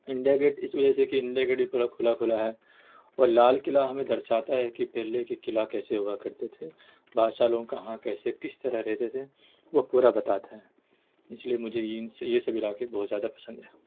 India Gate اس وجہ سے کہ انڈیا گیٹ بھی پورا پورا کھلا کھلا ہے اور لال قلعہ ہمیں درشاتا ہے کہ پہلے کے قلعہ کیسے ہوا کرتے تھے بادشاہ لوگوں کہاں کیسے کس طرح رہتے تھے وہ پورا بتاتے ہیں اس لیے مجھے ان سے یہ سب علاقے بہت زیادہ پسند ہیں